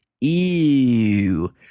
Ew